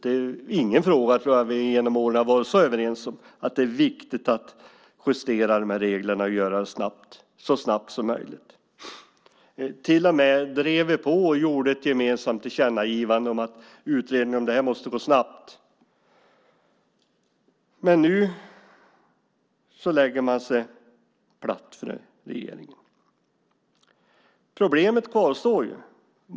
Jag tror inte att det finns någon fråga som vi har varit så överens om genom åren som denna. Det är viktigt att justera reglerna, och att göra det så snabbt som möjligt. Vi drev till och med på och gjorde ett gemensamt tillkännagivande om att utredningen om det här måste gå snabbt. Men nu lägger man sig platt för regeringen. Problemet kvarstår.